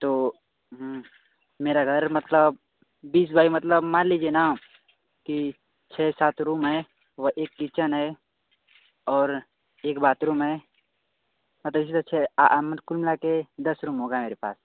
तो मेरा घर मतलब बीस गज मतलब मान लीजिए न की छः सात रूम है व एक किचन है और एक बातरूम है मतलब जैसे छः कुल मिलाकर दस रूम होग मेरे पास